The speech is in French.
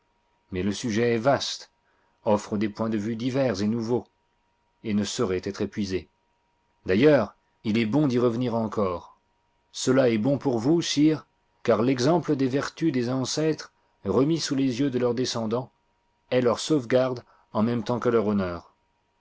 mais le sujet est vaste offre des points de vue divers et nouveaux et ne saurait être épuisé d'ailleurs digitized by google il est bon d'y revenir encore cela est bon pour vous sire car l'exemple des vertus des ancêtres remis sous les yeux de leurs descendants est leur sauvegarde en même temps que leur honneur